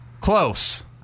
Close